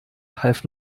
half